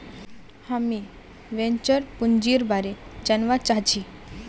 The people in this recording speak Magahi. हामीं वेंचर पूंजीर बारे जनवा चाहछी